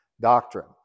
doctrine